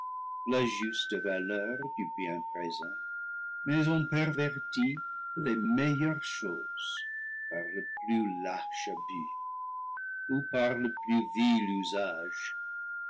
la juste valeur du bien présent mais on pervertit les meilleures choses par le plus lâche abus ou par le plus vil usage